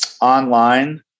online